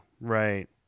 right